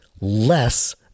less